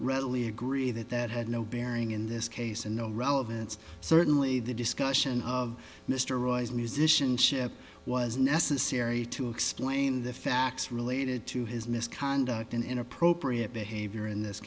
readily agree that that had no bearing in this case and no relevance certainly the discussion of mr roy's musicianship was necessary to explain the facts related to his misconduct and inappropriate behavior in this